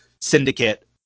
syndicate